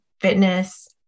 fitness